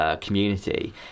community